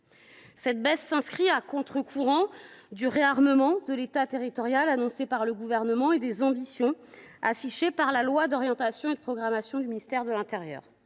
Cette baisse s’inscrit à contre courant du « réarmement » de l’État territorial annoncé par le Gouvernement et des ambitions affichées dans la loi d’orientation et de programmation du ministère de l’intérieur